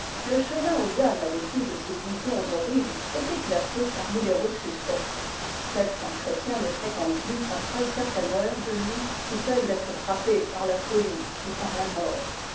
le chemin où yann avait eu de ces visions horribles était classé parmi les routes suspectes celles qu'un chrétien ne fréquente plus après certaine heure de nuit sous peine d'être frappé par la folie ou par la mort